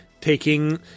taking